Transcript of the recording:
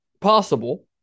possible